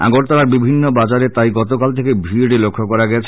আগরতলার বিভিন্ন বাজারে গতকাল সকাল থেকে ভিড লক্ষ্য করা গেছে